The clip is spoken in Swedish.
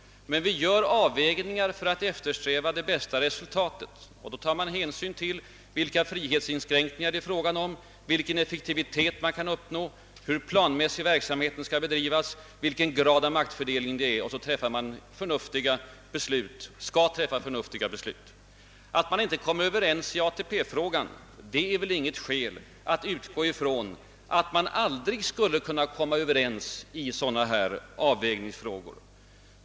Men vi gör avvägningar för att eftersträva det bästa resultatet, och då tas hänsyn till vilka frihetsinskränkningar det kan bli fråga om, vilken effektivitet man kan uppnå, hur planmässigt verksamheten skall bedrivas, vilken grad av maktfördelning det är fråga om — och på grundval av sådana avvägningar fattar vi de beslut vi anser förnuftiga. Att vi inte kom överens i ATP-frågan är väl inget skäl att utgå från att vi aldrig skulle kunna komma överens i sådana här avvägningsfrågor.